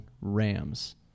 Rams